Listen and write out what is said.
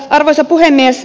arvoisa puhemies